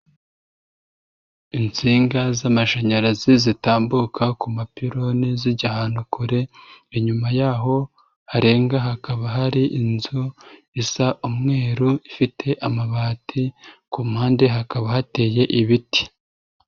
Insinga z'amashanyarazi zitambuka ku maperoni zijya ahantu kure, inyuma yaho harenga hakaba hari inzu isa umweru ifite amabati, ku mpande hakaba hateye ibiti.